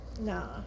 Nah